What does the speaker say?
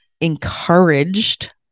encouraged